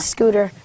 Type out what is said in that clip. Scooter